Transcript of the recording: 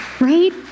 right